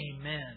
Amen